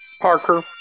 Parker